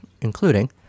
including